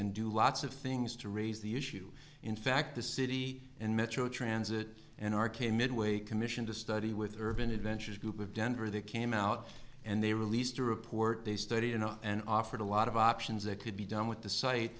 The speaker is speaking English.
in do lots of things to raise the issue in fact the city and metro transit and r k midway commissioned a study with the urban adventures group of denver they came out and they released a report they studied enough and offered a lot of options that could be done with the site